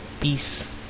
Peace